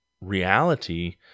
reality